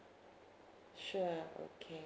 sure okay